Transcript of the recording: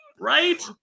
right